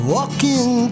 Walking